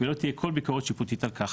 ולא תהיה כל ביקורת שיפוטית על כך.